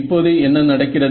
இப்போது என்ன நடக்கிறது